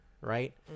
Right